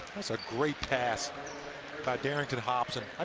that's a great pass by darington hobson.